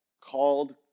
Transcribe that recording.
called